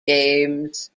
games